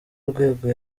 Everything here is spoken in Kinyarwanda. rwego